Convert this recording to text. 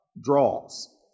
draws